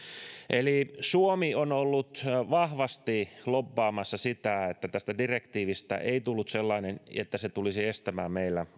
eli suomi on ollut vahvasti lobbaamassa sitä että tästä direktiivistä ei tullut sellainen että se tulisi estämään meillä